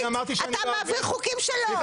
אתה מעביר חוקים שלו.